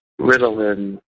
Ritalin